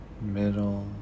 middle